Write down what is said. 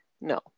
no